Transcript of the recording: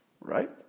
right